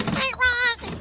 guy raz,